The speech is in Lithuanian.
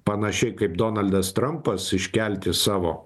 panašiai kaip donaldas trampas iškelti savo